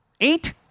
Eight